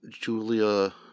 Julia